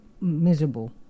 miserable